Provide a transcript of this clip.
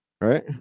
right